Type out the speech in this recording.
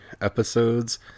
episodes